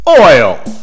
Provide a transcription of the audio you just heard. Oil